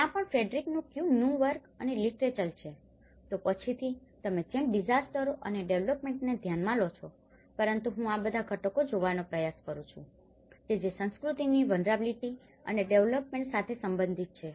ત્યાં પણ ફ્રેડરિક ક્યુ નું વર્ક અને લિટરેચર છેતો પછીથી તમે જેમ ડીઝાસ્ટરઓ અને ડેવેલપમેન્ટને ધ્યાનમાં લો છોપરંતુ હું આ બધા ઘટકો જોવાનો પ્રયાસ કરું છું કે જે સંસ્કૃતિની વલ્નરેબીલીટી અને ડેવેલપમેન્ટ સાથે સંબંધિત છે